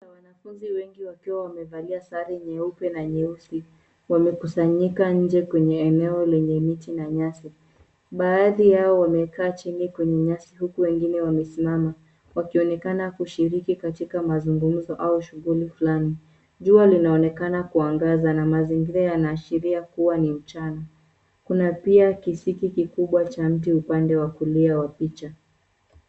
Wanafunzi wengi wakiwa wamevalia sare nyeupe na nyeusi wamekusanyika nje kwenye eneo lenye miti na nyasi. Baadhi yao wamekaa chini kwenye nyasi huku wengine wamesimama wakionekana kushiriki katika mazungumzo au shughuli fulani. Jua linaonekana kuangaza na mazingira yanaashiria kuwa ni mchana. Kuna pia kisiki kikubwa cha mti upande wa kulia wa picha.